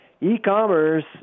E-commerce